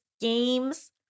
games